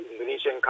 Indonesian